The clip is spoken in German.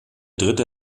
dritte